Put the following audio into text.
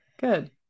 Good